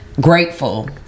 grateful